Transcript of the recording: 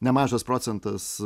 nemažas procentas